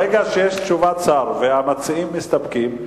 ברגע שיש תשובת שר והמציעים מסתפקים,